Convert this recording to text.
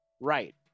right